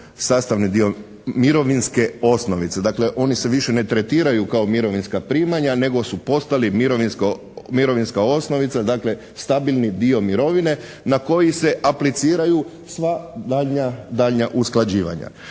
sastavni dio mirovinske osnovice. Dakle oni se više ne tretiraju kao mirovinska primanja nego su postali mirovinska osnovica, dakle stabilni dio mirovine na koji se apliciraju sva daljnja usklađivanja.